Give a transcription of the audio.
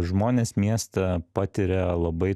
žmonės miestą patiria labai